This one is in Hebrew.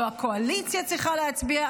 לא הקואליציה צריכה להצביע,